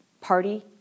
party